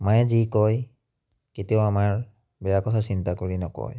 মায়ে যি কয় কেতিয়াও আমাৰ বেয়া কথা চিন্তা কৰি নকয়